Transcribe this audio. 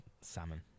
salmon